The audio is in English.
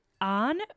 on